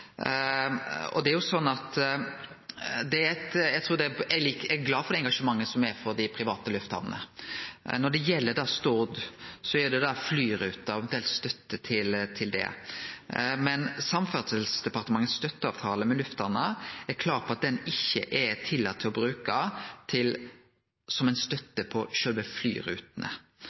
er glad for engasjementet for dei private lufthamnene. Når det gjeld Stord, er det flyruter og ein del støtte til det. Men Samferdselsdepartementets støtteavtale med lufthamna er klar på at ho ikkje er tillaten å bruke som ei støtte til sjølve flyrutene.